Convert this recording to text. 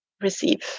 receive